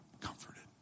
comforted